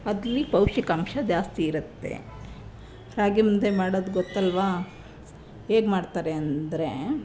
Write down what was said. ಅದ್ಲಿ ಪೌಷ್ಟಿಕಾಂಶ ಜಾಸ್ತಿ ಇರುತ್ತೆ ರಾಗಿಮುದ್ದೆ ಮಾಡೋದು ಗೊತ್ತಲ್ವ ಹೇಗೆ ಮಾಡ್ತಾರೆ ಅಂದರೆ